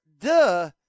duh